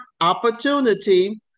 opportunity